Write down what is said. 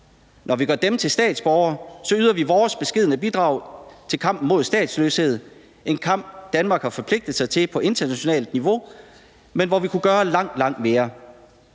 når vi gør dem til statsborgere, yder vi vores beskedne bidrag til kampen mod statsløshed – en kamp, Danmark har forpligtet sig til på internationalt niveau, men hvor vi kunne gøre langt, langt mere.